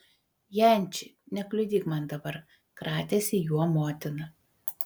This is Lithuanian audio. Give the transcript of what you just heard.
janči nekliudyk man dabar kratėsi juo motina